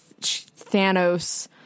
Thanos